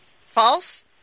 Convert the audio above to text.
False